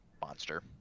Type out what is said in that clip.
monster